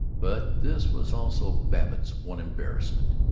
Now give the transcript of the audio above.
but this was also babbitt's one embarrassment.